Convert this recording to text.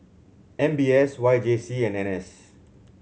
N B S Y J C and N S